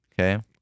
okay